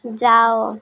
ଯାଅ